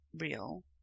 real